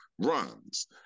runs